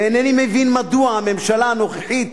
ואינני מבין מדוע הממשלה הנוכחית